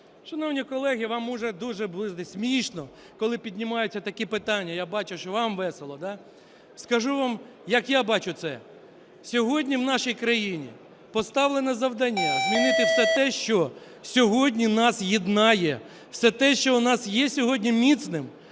Шановні колеги, вам може дуже бути смішно, коли піднімаються такі питання. Я бачу, що вам весело, так? Скажу вам, як я бачу це. Сьогодні в нашій країні поставлено завдання змінити все те, що сьогодні нас єднає, все те, що у нас є сьогодні міцним,